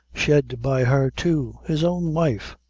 shed by her, too, his own wife!